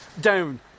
down